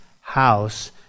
house